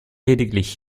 lediglich